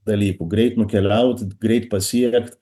dalykų greit nukeliaut greit pasiekt